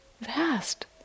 vast